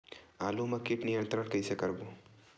आलू मा कीट नियंत्रण कइसे करबो?